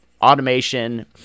automation